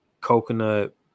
coconut